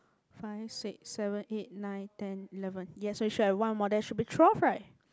five six seven eight nine ten eleven yes we should have one more there should be twelve right